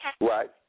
Right